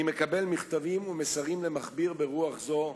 אני מקבל מכתבים ומסרים למכביר ברוח זו,